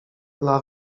dla